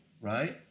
right